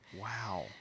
Wow